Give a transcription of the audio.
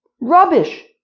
Rubbish